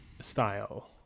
style